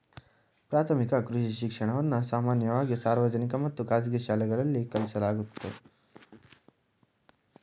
ಪ್ರಾಥಮಿಕ ಕೃಷಿ ಶಿಕ್ಷಣವನ್ನ ಸಾಮಾನ್ಯವಾಗಿ ಸಾರ್ವಜನಿಕ ಮತ್ತು ಖಾಸಗಿ ಶಾಲೆಗಳಲ್ಲಿ ಕಲಿಸಲಾಗ್ತದೆ